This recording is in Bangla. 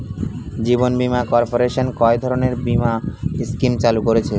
জীবন বীমা কর্পোরেশন কয় ধরনের বীমা স্কিম চালু করেছে?